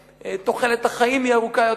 ותוחלת החיים היא ארוכה יותר.